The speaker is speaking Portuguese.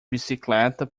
bicicleta